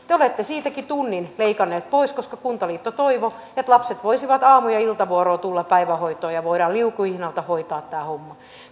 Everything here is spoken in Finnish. te olette siitäkin tunnin leikanneet pois koska kuntaliitto toivoi että lapset voisivat aamu ja iltavuoroon tulla päivähoitoon ja voidaan liukuhihnalta hoitaa tämä homma